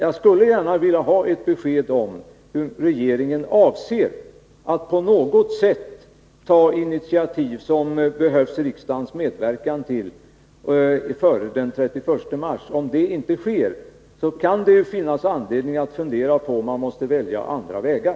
Jag skulle gärna vilja ha ett besked om huruvida regeringen avser att före den 31 mars ta initiativ som kräver riksdagens medverkan. Om så inte sker, kan det finnas anledning att fundera på om man inte måste välja andra vägar.